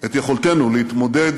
את יכולתנו להתמודד